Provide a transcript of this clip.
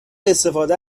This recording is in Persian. استفاده